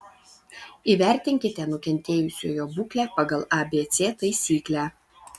įvertinkite nukentėjusiojo būklę pagal abc taisyklę